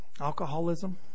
Alcoholism